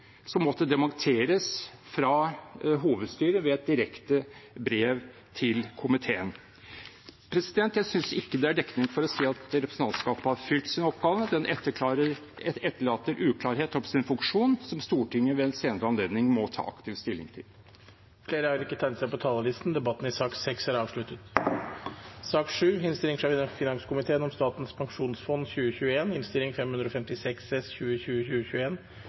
som måtte dementeres fra hovedstyret ved et direkte brev til komiteen. Jeg synes ikke det er dekning for å si at representantskapet har fylt sin oppgave. Den etterlater uklarhet om sin funksjon, som Stortinget, ved en senere anledning, må ta aktivt stilling til. Flere har ikke bedt om ordet til sak nr. 6. Etter ønske fra finanskomiteen vil presidenten ordne debatten